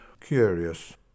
Curious